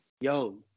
yo